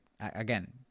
again